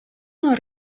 non